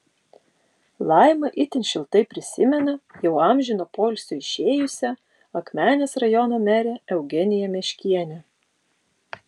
laima itin šiltai prisimena jau amžino poilsio išėjusią akmenės rajono merę eugeniją meškienę